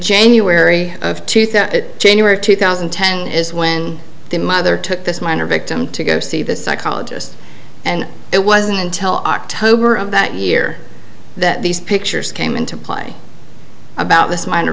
january of two thousand chaney were two thousand and ten is when the mother took this minor victim to go see the psychologist and it wasn't until october of that year that these pictures came into play about this minor